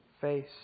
face